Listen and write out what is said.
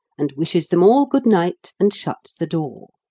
and wishes them all good-night, and shuts the door.